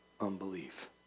unbelief